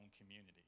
community